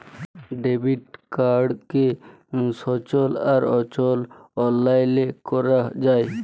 debit কাড়কে সচল আর অচল অললাইলে ক্যরা যায়